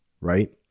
right